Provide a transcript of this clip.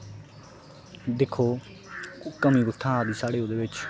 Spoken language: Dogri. दिक्खो कमी कु'त्थें आ दी साढ़े ओह्दे बिच्च